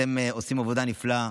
אתם עושים עבודה נפלאה,